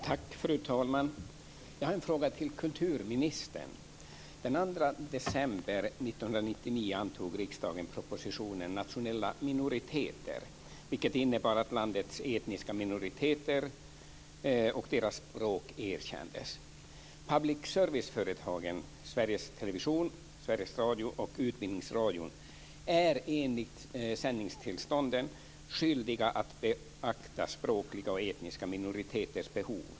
Fru talman! Jag har en fråga till kulturministern. Den 2 december 1999 antog riksdagen propositionen Nationella minoriteter, vilket innebar att landets etniska minoriteter och deras språk erkändes. Public service-företagen Sveriges Television, Sveriges Radio och Utbildningsradion är enligt sändningstillstånden skyldiga att beakta språkliga och etniska minoriteters behov.